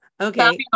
Okay